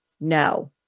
no